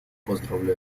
поздравляю